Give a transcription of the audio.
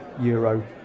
euro